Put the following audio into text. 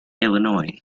illinois